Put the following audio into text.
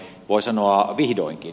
voi sanoa vihdoinkin